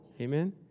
Amen